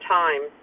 time